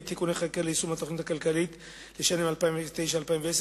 (תיקוני חקיקה ליישום התוכנית הכלכלית לשנים 2009 ו-2010),